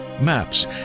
maps